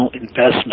investment